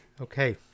Okay